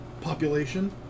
population